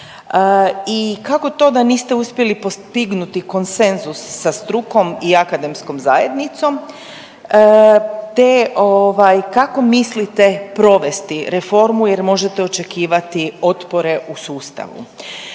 i kako to da niste uspjeli postignuti konsenzus sa strukom i akademskom zajednicom te ovaj kako mislite provesti reformu jer možete očekivati otpore u sustavu?